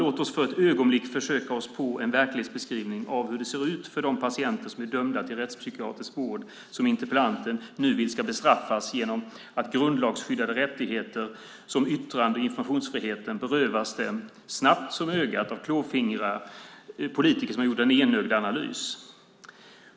Låt oss för ett ögonblick försöka oss på en verklighetsbeskrivning av hur det ser ut för de patienter som är dömda till rättspsykiatrisk vård och som interpellanten nu vill ska bestraffas genom att grundlagsskyddade rättigheter som yttrande och informationsfriheten berövas dem snabbt som ögat av klåfingriga politiker som har gjort en enögd analys.